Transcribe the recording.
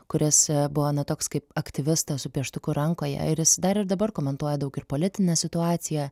kuris buvo na toks kaip aktyvistas su pieštuku rankoje ir jis dar ir dabar komentuoja daug ir politinę situaciją